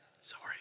Sorry